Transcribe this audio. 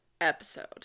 episode